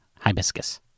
hibiscus